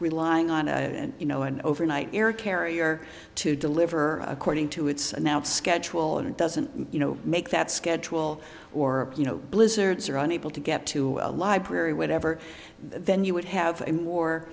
relying on a you know an overnight air carrier to deliver according to its now schedule and doesn't you know make that schedule or you know blizzards are unable to get to a library whatever then you would have a more